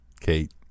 Kate